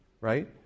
right